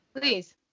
please